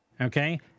Okay